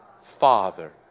Father